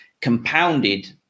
compounded